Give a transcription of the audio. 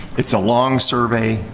it's a long survey.